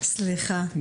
מילים.